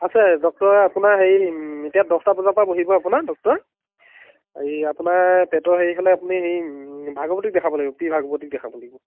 আছে ডক্টৰ আপোনাৰ সেই এতিয়া দহটা বজাৰপৰা বহিব আপোনাৰ ডক্টৰ এই আপোনাৰ পেটৰ হেৰি হ'লে আপুনি হেৰি ভাগৱতীক দেখাব লাগিব পি ভাগৱতীক দেখাব লাগিব